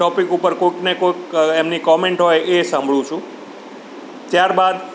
topic ઉપર કોઈકને કોઈક એમની કોમેન્ટ હોય એ સાંભળું છું ત્યારબાદ